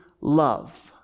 love